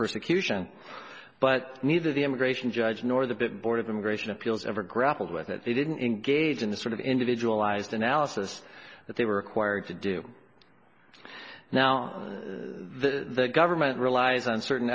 persecution but neither the immigration judge nor the big board of immigration appeals ever grappled with it they didn't engage in the sort of individualized analysis that they were required to do now the government relies on certain